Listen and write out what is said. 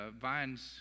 vines